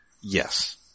Yes